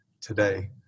today